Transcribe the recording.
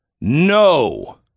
no